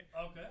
Okay